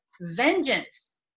vengeance